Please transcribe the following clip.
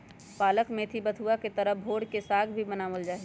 पालक मेथी बथुआ के तरह भोर के साग भी बनावल जाहई